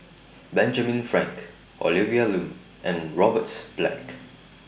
Benjamin Frank Olivia Lum and Robert Black